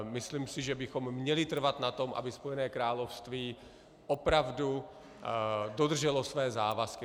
Myslím si, že bychom měli trvat na tom, aby Spojené království opravdu dodrželo své závazky.